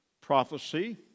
prophecy